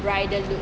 bridal look